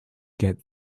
get